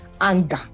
anger